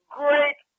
great